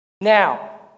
Now